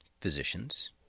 physicians